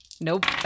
Nope